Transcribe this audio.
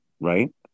right